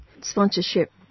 sponsorship